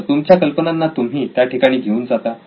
तर तुमच्या कल्पनांना तुम्ही त्या ठिकाणी घेऊन जाता